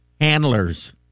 handlers